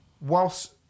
whilst